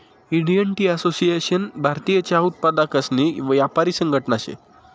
Indian tea association भारतीय चहा उत्पादकसनी यापारी संघटना शे